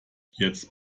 jetzt